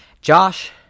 Josh